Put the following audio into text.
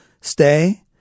stay